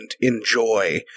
enjoy